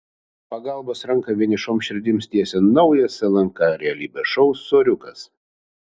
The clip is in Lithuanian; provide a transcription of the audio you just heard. pagalbos ranką vienišoms širdims tiesia naujas lnk realybės šou soriukas